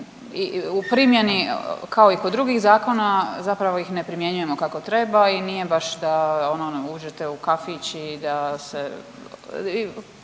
u primjeni kao i kod drugih zakona zapravo ih ne primjenjujemo kako treba i nije baš da ono uđete u kafić i da se,